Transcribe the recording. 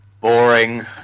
Boring